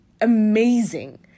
amazing